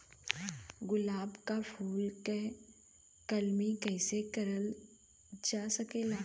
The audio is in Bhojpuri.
गुलाब क फूल के कलमी कैसे करल जा सकेला?